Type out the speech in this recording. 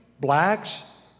blacks